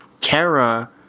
Kara